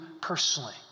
personally